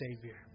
Savior